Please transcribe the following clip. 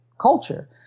culture